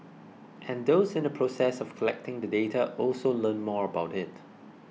and those in the process of collecting the data also learn more about it